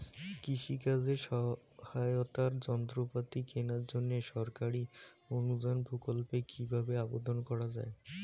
কৃষি কাজে সহায়তার যন্ত্রপাতি কেনার জন্য সরকারি অনুদান প্রকল্পে কীভাবে আবেদন করা য়ায়?